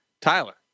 Tyler